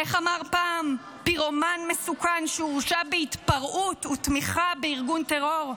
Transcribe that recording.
איך אמר פעם פירומן מסוכן שהורשע בהתפרעות ותמיכה בארגון טרור?